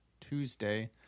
Tuesday